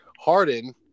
Harden